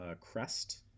crest